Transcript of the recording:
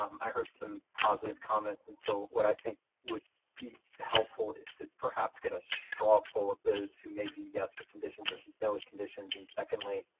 um i heard some positive comments. and so what i think would be helpful is to perhaps get a straw poll of those who maybe yes. for conditions versus so conditions. and secondly.